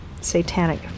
satanic